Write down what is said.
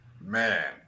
Man